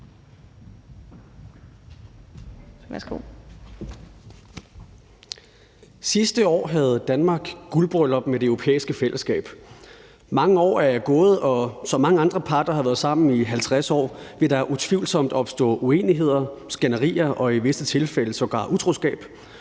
Sidste år havde Danmark guldbryllup med Det Europæiske Fællesskab. Mange år er gået, og som mange andre par, der har været sammen i 50 år, vil der utvivlsomt opstå uenigheder, skænderier og i visse tilfælde sågar utroskab.